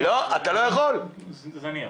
זה זניח.